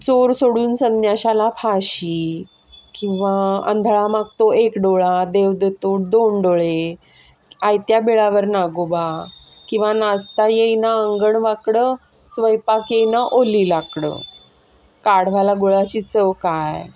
चोर सोडून संन्याशाला फाशी किंवा आंधळा मागतो एक डोळा देव देतो दोन डोळे आयत्या बिळावर नागोबा किंवा नाचता येईना अंगण वाकडं स्वयंपाक येईना ओली लाकडं गाढवाला गुळाची चव काय